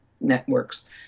networks